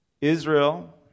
israel